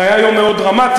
זה היה יום מאוד דרמטי,